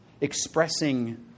expressing